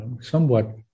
somewhat